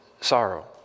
sorrow